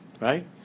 right